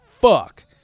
fuck